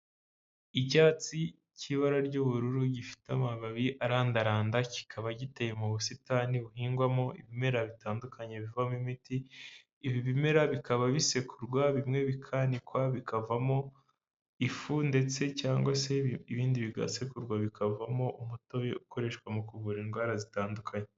Icyatsi k'ibara ry'ubururu gifite amababi arandaranda kikaba giteye mu busitani buhingwamo ibimera bitandukanye bivamo imiti, ibi bimera bikaba bisekurwa bimwe bikanikwa bikavamo ifu ndetse cyangwa se ibindi bigasekurwa bikavamo umutobe ukoreshwa mu kuvura indwara zitandukanye.